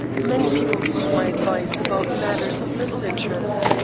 many people seek my advice about matters of little interest,